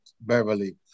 Beverly